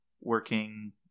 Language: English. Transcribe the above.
working